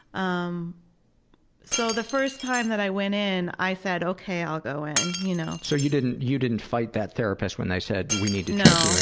um so the first time that i went in i said ok, i'll go in. you know so you didn't you didn't fight that therapist when they said we need to check